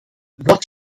dort